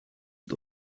het